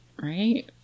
Right